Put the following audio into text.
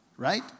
Right